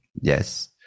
Yes